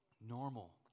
Normal